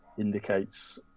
indicates